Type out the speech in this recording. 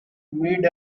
mid